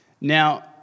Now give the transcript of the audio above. Now